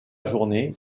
journée